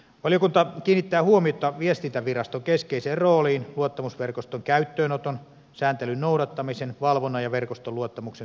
valiokunta kiinnittää huomiota viestintäviraston keskeiseen rooliin luottamusverkoston käyttöönoton sääntelyn noudattamisen valvonnan ja verkoston luottamuksen säilyvyyden kannalta